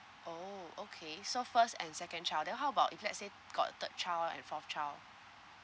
oh okay so first and second child then how about if let's say got a third child and fourth child